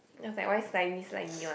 and I was like why slimy slimy one